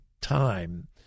time